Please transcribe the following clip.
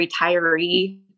retiree